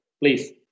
please